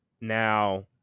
now